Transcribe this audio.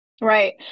Right